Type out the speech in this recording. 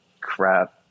crap